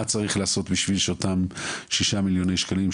מה צריך לעשות כדי שאותם שישה מיליוני שקלים,